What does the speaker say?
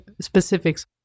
specifics